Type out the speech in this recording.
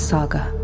Saga